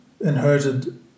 inherited